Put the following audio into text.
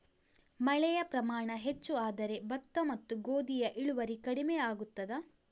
ಮಳೆಯ ಪ್ರಮಾಣ ಹೆಚ್ಚು ಆದರೆ ಭತ್ತ ಮತ್ತು ಗೋಧಿಯ ಇಳುವರಿ ಕಡಿಮೆ ಆಗುತ್ತದಾ?